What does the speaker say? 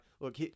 look